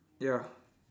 ya